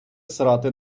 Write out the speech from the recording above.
срати